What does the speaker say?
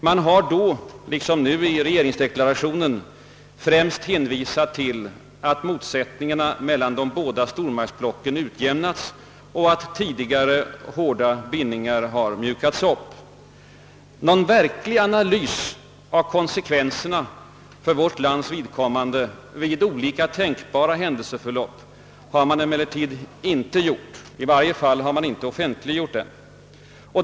Man har då liksom nu i regeringsdeklarationen främst hänvisat till att motsättningarna mellan de båda stormaktsblocken utjämnats och att tidigare hårda bindningar har mjukats upp. Någon verklig analys av konsekvenserna för vårt lands vidkommande vid olika tänkbara händelseförlopp har man inte gjort, i varje fall har man inte offentliggjort någon sådan analys.